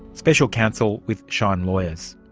special counsel with shine lawyers.